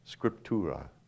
Scriptura